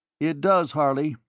it does, harley.